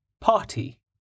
Party